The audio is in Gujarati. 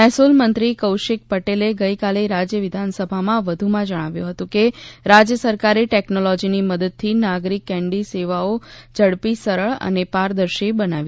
મહેસુલ મંત્રી કૌશીક પટેલે ગઇકાલે રાજ્ય વિધાનસભામાં વધુમાં જણાવ્યું હતું કે રાજ્ય સરકારે ટેકનોલોજીની મદદથી નાગરીક કેન્ડી સેવાઓ ઝડપી સરળ અને પારદર્શી બનાવી છે